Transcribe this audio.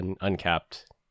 uncapped